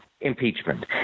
impeachment